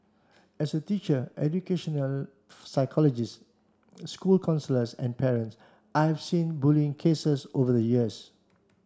as a teacher educational psychologist school counsellors and parent I've seen bullying cases over the years